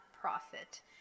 profit